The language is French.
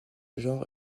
genre